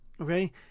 Okay